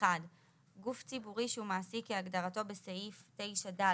(1)גוף ציבורי שהוא מעסיק כהגדרתו בסעיף 9(ד),